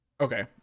Okay